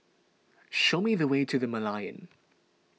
show me the way to the Merlion